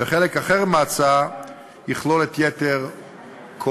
וחלק אחר מההצעה יכלול את כל יתר ההוראות.